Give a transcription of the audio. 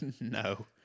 No